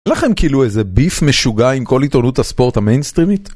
לכם כאילו איזה ביף משוגע עם כל עיתונות הספורט המיינסטרימית?